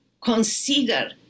consider